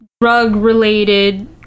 drug-related